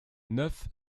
neuf